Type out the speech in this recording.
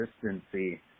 consistency